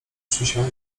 przysiąg